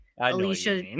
Alicia